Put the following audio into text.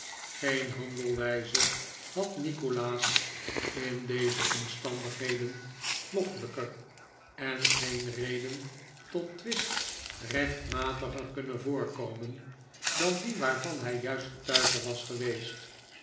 geen handelwijze had nikolaas in deze omstandigheden loffelijker en geen reden tot twist rechtmatiger kunnen voorkomen dan die waarvan hij juist getuige was geweest